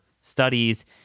studies